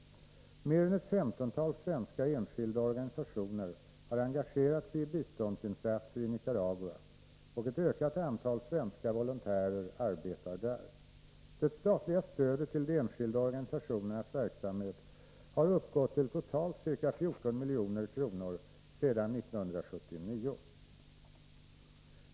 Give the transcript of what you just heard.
Mer än ett femtontal svenska enskilda organisationer har engagerat sig i biståndsinsatser i Nicaragua, och ett ökande antal svenska volontärer arbetar där. Det statliga stödet till de enskilda organisationernas verksamhet har uppgått till totalt ca 14 milj.kr. sedan 1979.